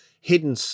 hidden